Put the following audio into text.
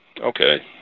Okay